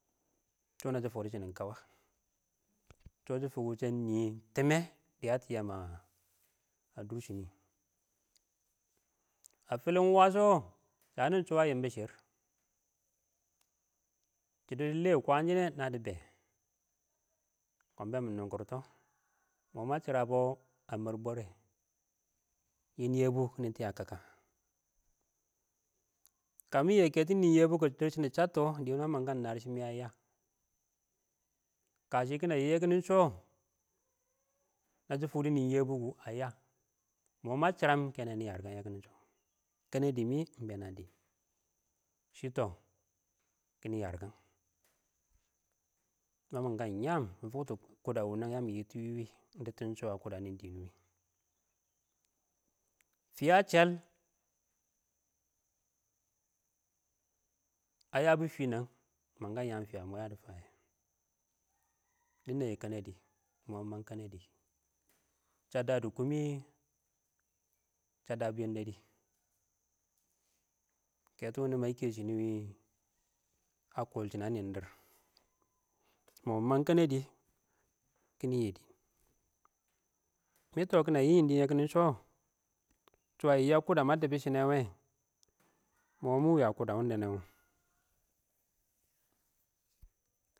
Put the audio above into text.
Sho nasi fakdo sanin kawa sho shɪ fuk wuse ɪng nɪɪn time yə tɪ yəəm ə a durshinɪ a filɪnwəs wo shənɪ sho a yɪmbʊ shɪr shɪdɔ ə lɛ kwənsɪnɛ na di be kɔn bɛn mɪ nʊnkʊrtɔ mɔ mə sɪrəbɔ ə mər bɔrɛ nɪn yɛbʊ nɪ tɪ ə kəkə kə mɪyɛ kɛtɪn nɪn yɛbʊ kʊ dʊrshɪn dɪ shəttɔ dɪnɛn mə mən kən nərɪshɪ mɪ ə yə kə shɪ kɪ nəyɪ yə kɪnɪ sɔ nə shɪ fʊkdʊ nɪn yɛbʊ kʊ ə yə, mʊ ma shiram kɛne nɪ ə rɪgəyɛ nwəkɪnnɪnsʊ kɛnɛ dɪ mɪ ɪng bɛn ə dɪm shɪ tɔ kɪnɪ yərɪkən mə məng kan yəm mʊ fʊktʊ kʊdə wʊnɛng ya mɪ yɪtʊ wɪwɪ dɪttɪn sɔ ə kʊdə nɪn kɛn wɪ fɪ əchəl, əyə bʊ fɪnɛng, ɪng mən kəm yə fɪyə mɔ yə dɪ fəyɛ dɪ nɛnyɛ kənədɪ ɪng mɔ ɪng məng kənədɪ sə də dɪ kʊʊmɪ sə dəbʊ yɛndɛrɪ, kɛtʊ wʊnʊ mə kɛshɪ wɪnɪ ə kʊʊl shɪn ə nɪndɪr ɪng mɔ ɪng məang kənədɪ kiɪnɪ yɪ dɪɪn mɪntɔ ka nə yɪɪ yɪ dɪn yə kɪnɪ sɔ sho a yɪ ə kuda ma dibishine wɛ mɔ mʊ ɪng wɛ ə kʊdə wʊndɛnɛ wɔ.